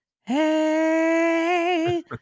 Hey